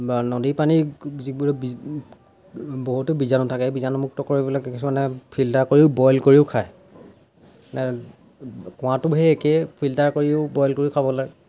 বা নদীৰ পানী যিবোৰে বহুতো বীজাণু থাকে সেই বীজাণুমুক্ত কৰিবলৈ কিছুমানে ফিল্টাৰ কৰিও বইল কৰিও খায় কুৱাতো সেই একেই ফিল্টাৰ কৰিও বইল কৰিও খাব লাগে